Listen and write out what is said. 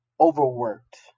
overworked